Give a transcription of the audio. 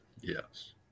Yes